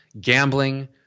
gambling